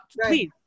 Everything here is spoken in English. Please